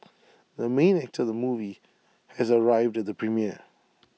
the main actor of the movie has arrived at the premiere